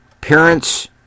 Parents